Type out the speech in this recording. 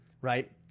right